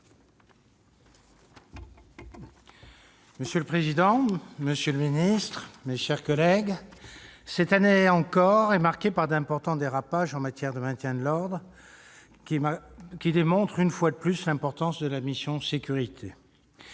Monsieur le président, monsieur le ministre, mes chers collègues, cette année encore est marquée par d'importants dérapages en matière de maintien de l'ordre ; et ces derniers montrent, une fois de plus, l'importance de la mission « Sécurités